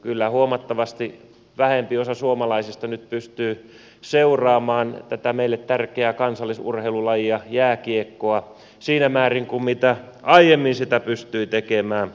kyllä huomattavasti vähempi osa suomalaisista nyt pystyy seuraamaan tätä meille tärkeää kansallisurheilulajia jääkiekkoa siinä määrin kuin mitä aiemmin sitä pystyi tekemään